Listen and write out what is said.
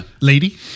Lady